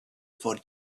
for